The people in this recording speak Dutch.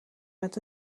met